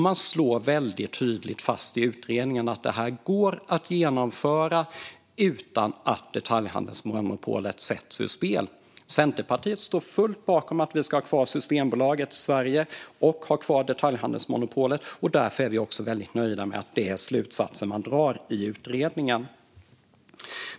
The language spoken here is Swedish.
Man slår tydligt fast i utredningen att det här går att genomföra utan att detaljhandelsmonopolet sätts ur spel. Centerpartiet står helt bakom att vi ska ha kvar Systembolaget i Sverige och ha kvar detaljhandelsmonopolet, och därför är vi också väldigt nöjda med att detta är slutsatsen man drar i utredningen.